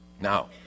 Now